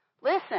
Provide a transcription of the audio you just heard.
Listen